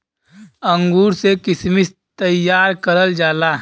अंगूर से किशमिश तइयार करल जाला